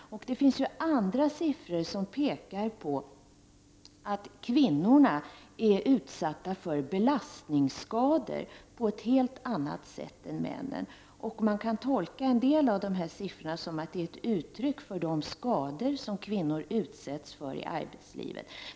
Andra siffror visar att kvinnorna är utsatta för belastningsskador på ett helt annat sätt än männen. En del av siffrorna kan sägas vara ett uttryck för de skador som kvinnor utsätts för i arbetslivet.